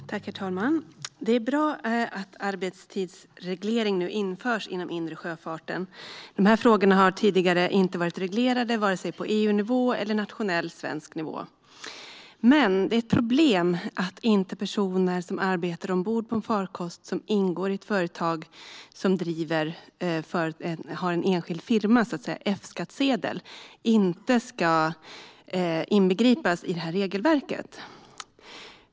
Genomförande av EU:s direktiv om arbetstidens förläggning vid transporter på inre vattenvägar Herr talman! Det är bra att en arbetstidsreglering nu införs i den inre sjöfarten. Frågan har inte tidigare varit reglerad på vare sig EU-nivå eller nationell svensk nivå. Men det är ett problem att personer som arbetar ombord på en farkost som ingår i ett företag, enskild firma, och har F-skattsedel inte ska inbegripas i det här regelverket.